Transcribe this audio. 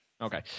Okay